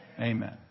Amen